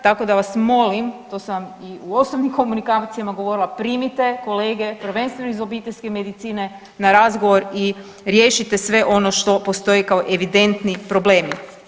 Tako da vas molim to sam vam i u osnovnim komunikacijama govorila primite kolege prvenstveno iz obiteljske medicine na razgovor i riješite sve ono što postoji kao evidentni problemi.